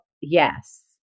yes